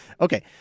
Okay